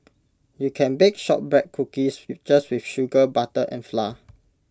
you can bake Shortbread Cookies just with sugar butter and flour